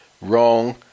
wrong